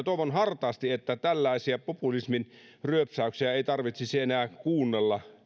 toivon hartaasti että tällaisia populismin ryöpsäyksiä ei tarvitsisi enää kuunnella